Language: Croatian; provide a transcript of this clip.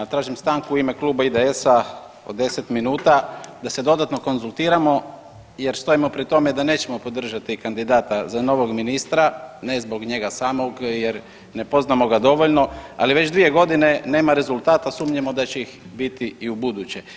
Ma tražim stanku u ime Kluba IDS-a od 10 minuta da se dodatno konzultiramo jer stojimo pri tome da nećemo podržati kandidata za novog ministra, ne zbog njega samog jer ne poznamo ga dovoljno, ali već 2 godine nema rezultata sumnjamo da će ih biti i u buduće.